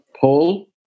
Paul